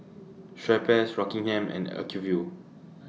Schweppes Rockingham and Acuvue